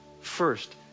first